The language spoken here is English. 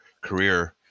career